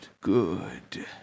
Good